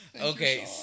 Okay